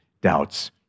doubts